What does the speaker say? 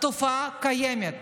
התופעה קיימת.